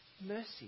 mercy